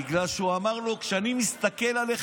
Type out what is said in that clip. בגלל שהוא אמר לו: כשאני מסתכל עליך,